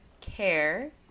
care